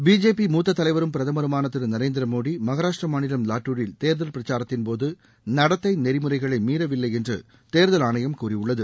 BJP மூத்த தலைவரும் பிரதமருமான திரு நரேந்திரமோடி மகாராஷ்டிர மாநிலம் லாட்டுரில் தேர்தல் பிரச்சாரத்தின்போது நடத்தை நெறிமுறைகளை மீறவில்லை என்று தேர்தல் ஆணையம் கூறியுள்ளது